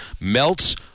melts